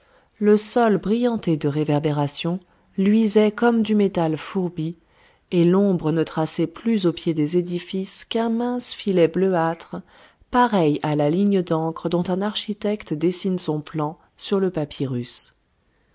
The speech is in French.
le sol brillanté de réverbérations luisait comme du métal fourbi et l'ombre ne traçait plus au pied des édifices qu'un mince filet bleuâtre pareil à la ligne d'encre dont un architecte dessine son plan sur le